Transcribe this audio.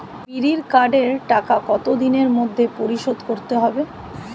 বিড়ির কার্ডের টাকা কত দিনের মধ্যে পরিশোধ করতে হবে?